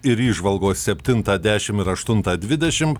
ir įžvalgos septintą dešim ir aštuntą dvidešim